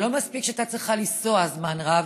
לא מספיק שהייתה צריכה לנסוע זמן רב,